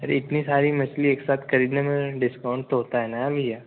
अरे इतनी सारी मछली एक साथ खरीदने में डिस्काउंट तो होता है ना भईया